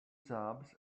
jobs